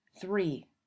three